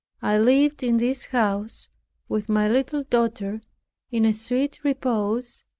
i lived in this house with my little daughter in a sweet repose,